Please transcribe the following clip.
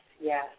yes